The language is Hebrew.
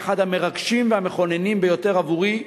היה אחד המרגשים והמכוננים ביותר עבורי,